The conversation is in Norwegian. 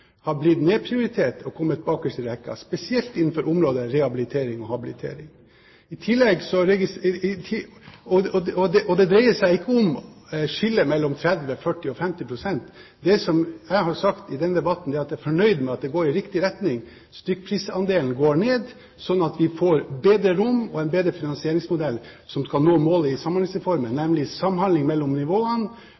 utenfor, har blitt nedprioritert og kommet bakerst i rekken, spesielt innenfor områdene rehabilitering og habilitering. Det dreier seg ikke om skillet mellom 30 pst., 40 pst. eller 50 pst. Det jeg har sagt i denne debatten, er at jeg er fornøyd med at det går i riktig retning. Stykkprisandelen går ned, slik at vi får bedre rom og en bedre finansieringsmodell som skal nå målet i Samhandlingsreformen,